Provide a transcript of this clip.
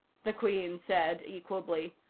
the queen said equably.